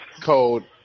code